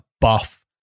buff